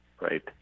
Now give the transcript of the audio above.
right